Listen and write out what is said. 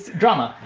drama.